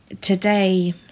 today